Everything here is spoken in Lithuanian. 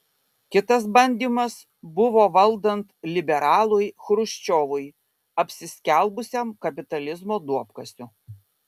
kitas bandymas buvo valdant liberalui chruščiovui apsiskelbusiam kapitalizmo duobkasiu